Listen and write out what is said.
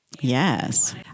Yes